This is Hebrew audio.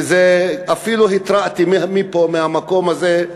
ואפילו התרעתי מפה, מהמקום הזה,